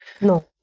No